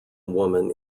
woman